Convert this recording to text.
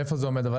איפה זה עומד?